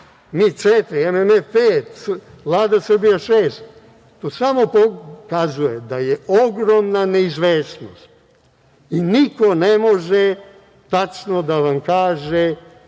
mi 4%, MMF 5%, Vlada Srbije 6%, to samo pokazuje da je ogromna neizvesnost i niko ne može tačno da vam kaže